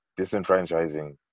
disenfranchising